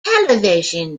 television